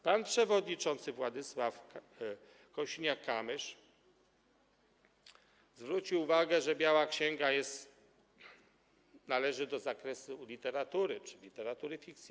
Pan przewodniczący Władysław Kosiniak-Kamysz zwrócił uwagę, że biała księga należy do zakresu literatury czy literatury fikcji.